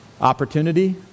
opportunity